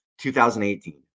2018